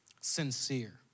sincere